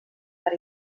per